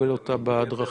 לקבל אותה בדרכים.